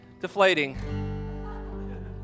deflating